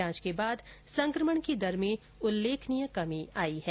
जांच के बाद संकमण की दर में उल्लेखनीय कमी आई है